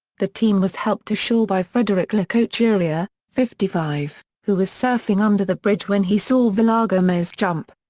the teen was helped to shore by frederic lecouturier, fifty five, who was surfing under the bridge when he saw vilagomez jump.